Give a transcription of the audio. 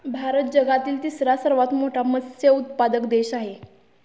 भारत जगातील तिसरा सर्वात मोठा मत्स्य उत्पादक देश आहे